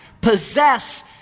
possess